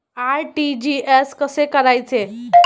RTGS कसे करायचे?